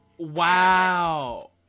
Wow